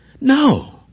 No